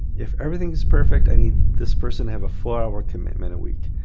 if everything is perfect, i need this person have a four hour commitment a week.